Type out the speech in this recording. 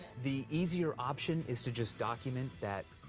the easier option is to just document that,